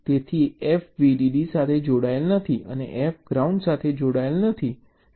તેથી F VDD સાથે જોડાયેલ નથી અને F ગ્રાઉન્ડ સાથે જોડાયેલું નથી